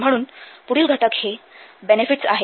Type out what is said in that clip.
म्हणून पुढील घटक हे बेनेफीट्स आहे